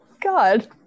God